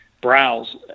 browse